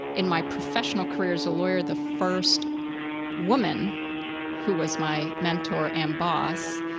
in my professional career as a lawyer, the first woman who was my mentor and boss,